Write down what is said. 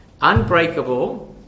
unbreakable